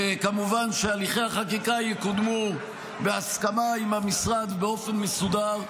וכמובן שהליכי החקיקה יקודמו בהסכמה עם המשרד באופן מסודר,